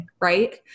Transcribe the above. Right